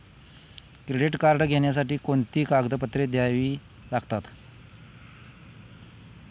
Credit card घेण्यासाठी कोणती कागदपत्रे घ्यावी लागतात?